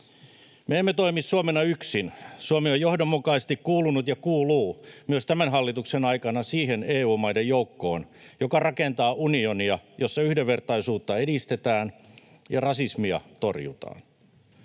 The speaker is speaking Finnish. Me emme toimi Suomena yksin. Suomi on johdonmukaisesti kuulunut ja kuuluu myös tämän hallituksen aikana siihen EU-maiden joukkoon, joka rakentaa unionia, jossa yhdenvertaisuutta edistetään ja rasismia torjutaan.